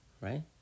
right